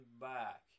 back